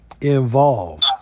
involved